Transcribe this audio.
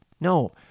No